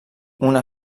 una